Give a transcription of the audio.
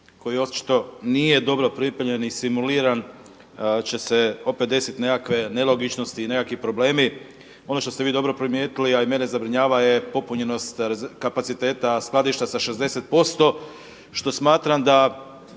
koji očito nije dobro pripremljen i simuliran će se opet desiti nekakve nelogičnosti i nekakvi problemi. Ono što ste vi dobro primijetili, a i mene zabrinjava je popunjenost kapaciteta skladišta sa 60% što smatram da